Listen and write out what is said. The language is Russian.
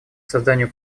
созданию